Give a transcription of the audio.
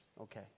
Okay